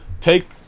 take